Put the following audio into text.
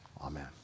amen